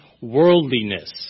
worldliness